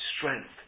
strength